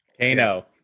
Kano